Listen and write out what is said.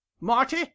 Marty